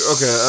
Okay